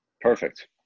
perfect